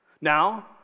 Now